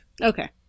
Okay